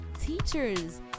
teachers